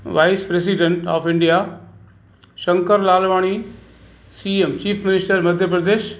wise president of India Shankar Lalwani C M chief minister Madhya Pradesh